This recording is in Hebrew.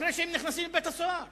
אחרי שהם נכנסים לבית-הסוהר